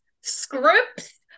scripts